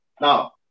Now